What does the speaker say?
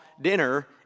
dinner